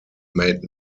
made